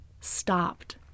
stopped